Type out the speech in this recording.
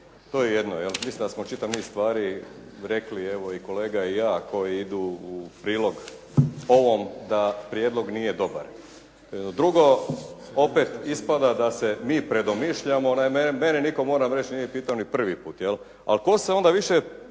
To je jedno. Mislim da smo čitav niz stvari rekli evo i kolega i ja koji idu u prilog ovom da prijedlog nije dobar. Drugo, opet ispada da se mi predomišljamo. Naime, mene nitko moram reći nije pitao ni prvi put, jel'.